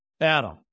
Adam